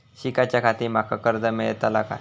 शिकाच्याखाती माका कर्ज मेलतळा काय?